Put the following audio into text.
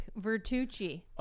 Vertucci